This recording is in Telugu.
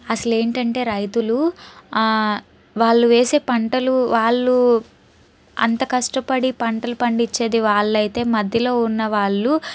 అసలేంటంటే రైతులు వాళ్ళు వేసే పంటలు వాళ్ళు అంత కష్టపడి పంటలు పండించేది వాళ్ళయితే మధ్యలో ఉన్నవాళ్ళు